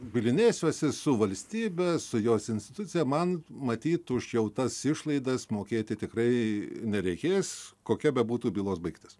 bylinėsiuosi su valstybe su jos institucija man matyt už jau tas išlaidas mokėti tikrai nereikės kokia bebūtų bylos baigtis